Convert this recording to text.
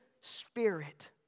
spirit